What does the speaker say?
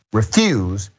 refuse